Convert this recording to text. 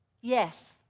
Yes